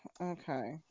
Okay